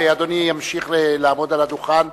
אדוני ימשיך לעמוד על הדוכן.